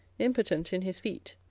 impotent in his feet,